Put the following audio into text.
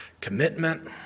commitment